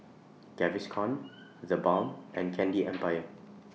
Gaviscon TheBalm and Candy Empire